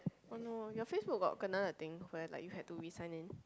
oh no your Facebook got kena the thing where like you had to resign in